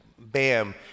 bam